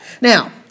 Now